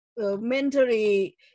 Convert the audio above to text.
Mentally